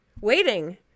Waiting